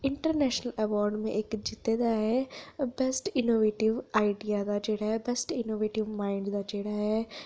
international award में इक जित्ते दा ऐ ओह् बैस्ट इनोवेटिव आइडिआ दा जेह्ड़ा फर्स्ट इनोवेटिव माइंड दा जेह्ड़ा ऐ